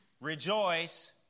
rejoice